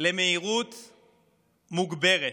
למהירות מוגברת,